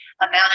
amount